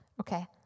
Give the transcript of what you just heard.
Okay